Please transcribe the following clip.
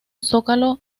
zócalo